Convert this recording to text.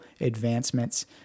advancements